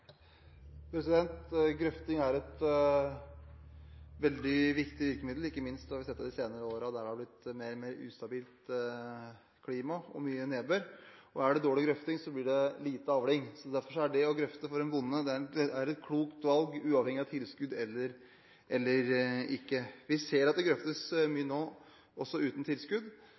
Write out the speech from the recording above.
Grøfting er et veldig viktig virkemiddel. Ikke minst har vi sett det de senere årene, der det har blitt mer og mer ustabilt klima og mye nedbør. Er det dårlig grøfting, blir det lite avling. For en bonde er det derfor et klokt valg å grøfte – uavhengig av tilskudd eller ikke. Vi ser at det grøftes mye nå også uten tilskudd,